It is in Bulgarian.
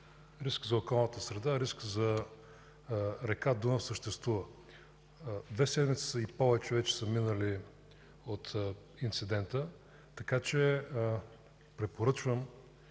риск за околната среда, риск за река Дунав съществува. Две седмици и повече вече са минали от инцидента, така че препоръчвам